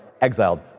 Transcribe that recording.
exiled